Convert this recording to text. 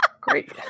Great